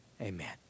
Amen